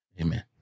amen